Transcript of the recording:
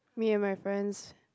me and my friends